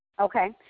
Okay